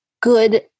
good